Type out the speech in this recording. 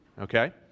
Okay